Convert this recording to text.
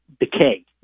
decay